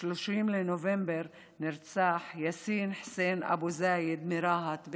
ב-30 בנובמבר נרצח יאסין חסין אבו זאיד מרהט,